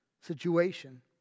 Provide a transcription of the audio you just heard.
situation